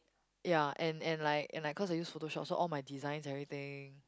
ya and and like and I cause I use Photoshop so all my designs everything